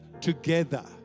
together